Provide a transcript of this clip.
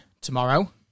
tomorrow